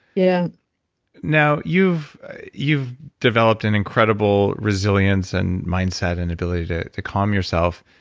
yeah now, you've you've developed an incredible resilience, and mindset, and ability to to calm yourself.